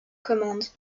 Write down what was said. commandes